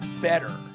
better